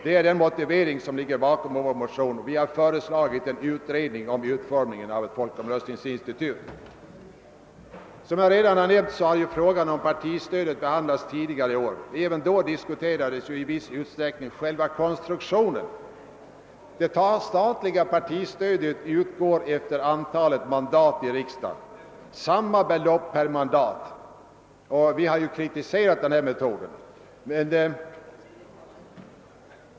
Det är den motivering som ligger bakom vårt motionsförslag om en utredning om utformningen av ett folkomröstningsinstitut. Som jag redan har nämnt har frågan om partistödet behandlats tidigare i år. Även då diskuterades i viss utsträckning själva konstruktionen. Det statliga partistödet utgår efter antalet mandat i riksdagen med samma belopp per mandat. Vi har kritiserat denna metod.